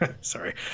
sorry